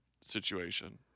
situation